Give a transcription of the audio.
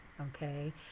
okay